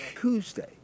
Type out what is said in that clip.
Tuesday